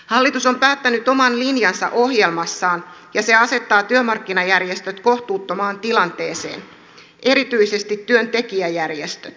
hallitus on päättänyt oman linjansa ohjelmassaan ja se asettaa työmarkkinajärjestöt kohtuuttomaan tilanteeseen erityisesti työntekijäjärjestöt